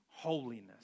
Holiness